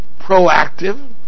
proactive